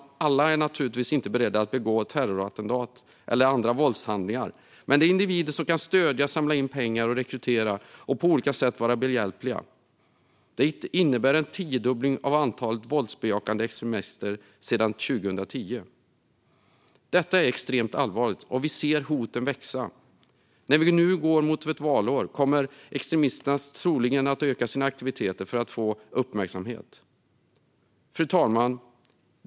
Alla dessa personer är naturligtvis inte beredda att begå terrorattentat eller andra våldshandlingar, men det är individer som kan stödja, samla in pengar, rekrytera och på olika sätt vara behjälpliga. Detta innebär en tiodubbling av antalet våldsbejakande extremister sedan 2010. Detta är extremt allvarligt, och vi ser hoten växa. När vi nu går mot valår kommer extremisterna troligen att öka sina aktiviteter för att få uppmärksamhet. Fru talman!